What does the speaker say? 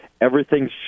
Everything's